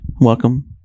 welcome